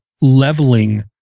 leveling